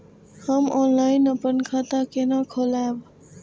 हम ऑनलाइन अपन खाता केना खोलाब?